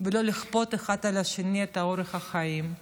ולא לכפות אחד על השני את אורח החיים.